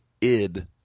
id